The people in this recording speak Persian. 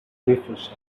میفروشه